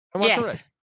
Yes